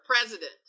president